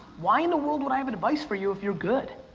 why in the world would i have advice for you if you're good?